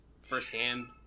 firsthand